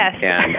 Yes